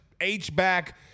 H-back